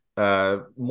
More